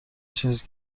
چیز